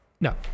No